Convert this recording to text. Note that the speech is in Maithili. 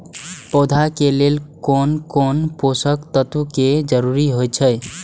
पौधा के लेल कोन कोन पोषक तत्व के जरूरत अइछ?